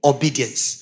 Obedience